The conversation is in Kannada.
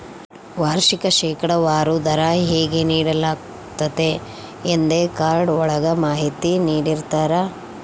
ವಾರ್ಷಿಕ ಶೇಕಡಾವಾರು ದರ ಹೇಗೆ ನೀಡಲಾಗ್ತತೆ ಎಂದೇ ಕಾರ್ಡ್ ಒಳಗ ಮಾಹಿತಿ ನೀಡಿರ್ತರ